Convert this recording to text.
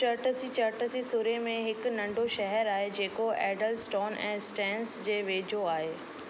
Chertsey Chertsey Surrey में हिकु नंढो शहरु आहे जेको एडलस्टोन ऐं स्टेन्स जे वेझो आहे